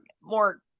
more